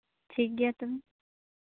ᱴᱷᱤᱠ ᱜᱮᱭᱟ ᱛᱚᱵᱮ